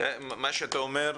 מה שאתה אומר,